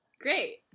Great